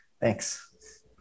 thanks